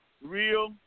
real